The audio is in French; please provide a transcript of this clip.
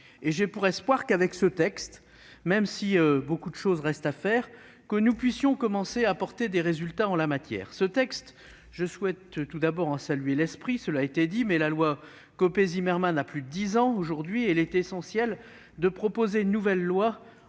et j'ai pour espoir qu'avec ce texte, même si beaucoup de choses restent à faire, nous pourrons commencer à apporter des résultats en la matière. Je souhaite saluer l'esprit du présent texte ; la loi Copé-Zimmermann a plus de dix ans aujourd'hui et il est essentiel de proposer une nouvelle loi